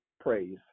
praise